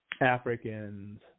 Africans